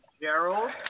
Gerald